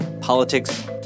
politics